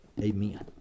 amen